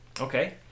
Okay